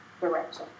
direction